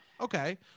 Okay